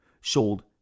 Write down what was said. sold